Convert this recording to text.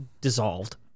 dissolved